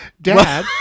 dad